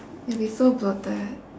you'll be so bloated